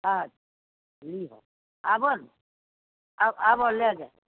अच्छा लीहऽ आबऽ ने अब आबऽ लै जा